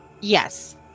yes